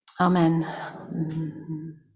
Amen